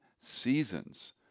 seasons